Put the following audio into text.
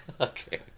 Okay